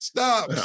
Stop